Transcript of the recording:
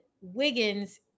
Wiggins